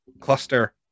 cluster